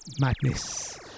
Madness